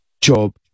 job